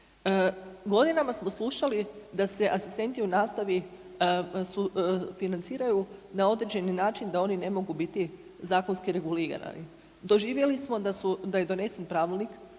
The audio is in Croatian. Godinama smo slušali da se asistenti u nastavi sufinanciraju na određeni način da oni ne mogu biti zakonski regulirani. Doživjeli smo da je donesen pravilnik